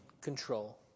control